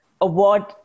award